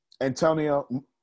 Antonio